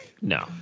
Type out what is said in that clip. No